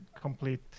complete